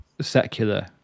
secular